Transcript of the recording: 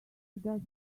does